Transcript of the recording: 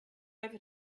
over